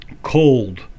cold